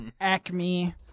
acme